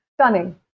stunning